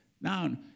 Now